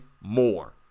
more